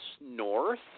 north